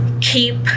keep